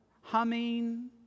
humming